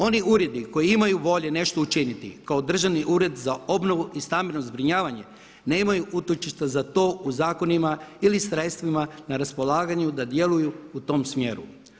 Oni uredi koji imaju volje nešto učiniti kao Državni ured za obnovu i stambeno zbrinjavanje nemaju utočišta za to u zakonima ili sredstvima na raspolaganju da djeluju u tom smjeru.